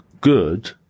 good